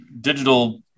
digital